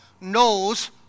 knows